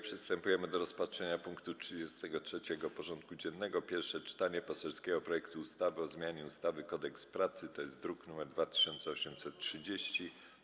Przystępujemy do rozpatrzenia punktu 33. porządku dziennego: Pierwsze czytanie poselskiego projektu ustawy o zmianie ustawy Kodeks pracy (druk nr 2830)